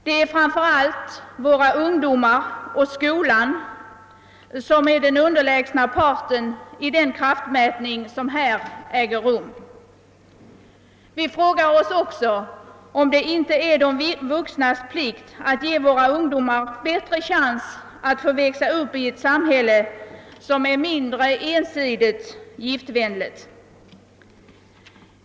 Det är framför allt våra ungdomar och skolan, som är den underlägsna parten i den kraftmätning som här äger rum. Vi frågar oss också om det inte är de vuxnas plikt att ge ungdomarna en bättre chans att få växa upp i ett samhälle som är mindre ensidigt giftvänligt.